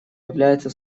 является